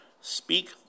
speak